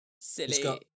silly